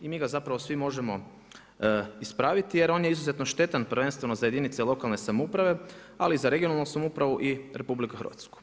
Mi ga zapravo svi možemo ispraviti jer on je izuzetno štetan, prvenstveno za jedinice lokalne samouprave, ali i za regionalnu samoupravu i RH.